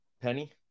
Penny